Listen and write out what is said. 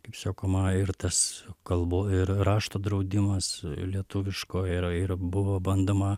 kaip sakoma ir tas kalbo ir rašto draudimas lietuviško yra ir buvo bandoma